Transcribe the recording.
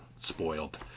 spoiled